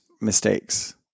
mistakes